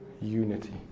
unity